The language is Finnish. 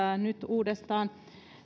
nyt uudestaan